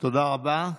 תודה רבה.